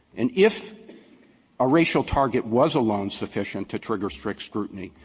and if a racial target was alone sufficient to trigger strict scrutiny,